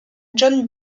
john